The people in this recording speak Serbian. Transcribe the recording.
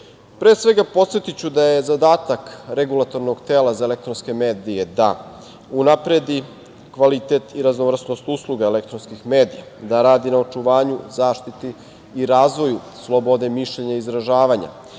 svega, podsetiću da je zadatak Regulatornog tela za elektronske medije da unapredi kvalitet i raznovrsnost usluga elektronskih medija, da radi na očuvanju, zaštiti i razvoju slobode mišljenja i izražavanja,